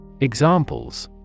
Examples